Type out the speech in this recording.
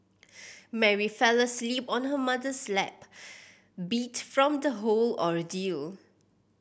Mary fell asleep on her mother's lap beat from the whole ordeal